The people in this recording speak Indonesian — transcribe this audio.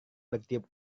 bertiup